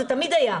זה תמיד היה.